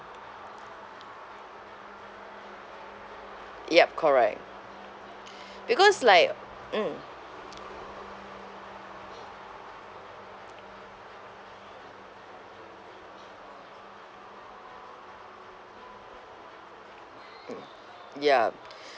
yup correct because like mm mm ya